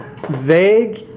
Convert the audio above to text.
vague